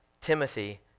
Timothy